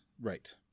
right